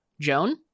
Joan